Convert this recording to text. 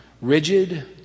rigid